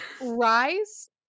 Rise